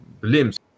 limbs